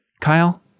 kyle